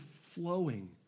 flowing